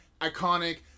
iconic